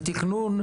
ותכנון,